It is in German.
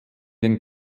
den